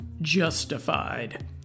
justified